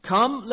Come